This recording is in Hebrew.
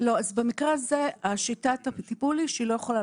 במקרה הזה שיטת הטיפול היא שהיא לא יכולה